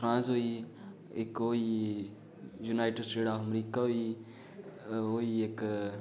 France होई इक ओह् होई यूनाइटेड स्टेट अमरीका होई ओह् होई इक